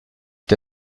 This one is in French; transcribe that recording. est